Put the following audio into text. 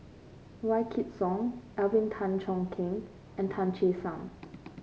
Wykidd Song Alvin Tan Cheong Kheng and Tan Che Sang